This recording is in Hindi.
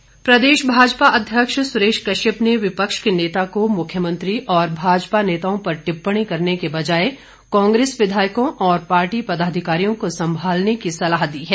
सुरेश कश्यप प्रदेश भाजपा अध्यक्ष सुरेश कश्यप ने विपक्ष के नेता को मुख्यमंत्री और भाजपा नेताओं पर टिप्पणी करने के बजाए कांग्रेस विधायकों और पार्टी पदाधिकारियों को संभालने की सलाह दी है